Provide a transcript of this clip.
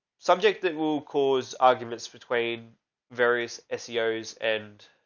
subject that will cause arguments between various ah seos and